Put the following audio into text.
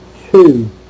two